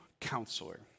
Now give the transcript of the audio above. Counselor